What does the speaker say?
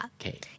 Okay